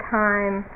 time